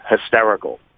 hysterical